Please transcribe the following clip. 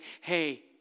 hey